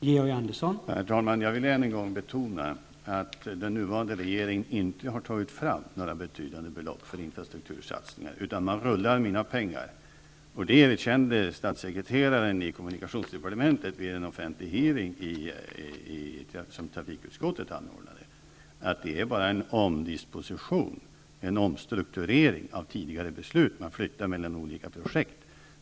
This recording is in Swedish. Herr talman! Jag vill än en gång betona att den nuvarande regeringen inte har tagit fram några betydande belopp för infrastruktursatsningar, utan man rullar mina pengar. Det erkände statssekreteraren i kommunikationsdepartementet vid den offentliga hearing som trafikutskottet anordnade. Det är bara en omdisposition och en omstrukturering av tidigare beslut som har skett. Man flyttar medel mellan olika projekt.